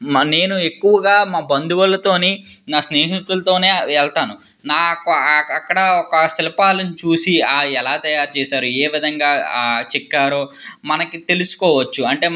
మా నేను ఎక్కువగా మా బంధువులతోని నా స్నేహితులతోనే వెళ్తాను నాకు అక్కడ ఆ శిల్పాలను చూసి ఎలా తయారుచేసారు ఏ విధంగా చెక్కారో మనకి తెలుసుకోవచ్చు అంటే మనకి